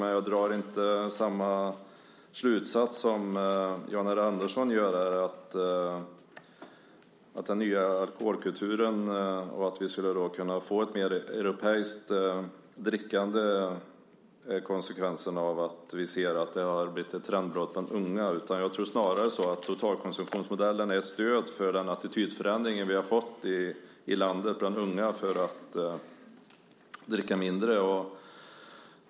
Men jag drar inte samma slutsats som Jan R Andersson om den nya alkoholkulturen, att vi skulle kunna få ett mer europeiskt drickande som konsekvens av att vi ser att det har blivit ett trendbrott bland unga. Jag tror snarare att totalkonsumtionsmodellen är ett stöd för den förändrade attityd som vi har fått bland unga i landet för att dricka mindre.